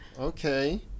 Okay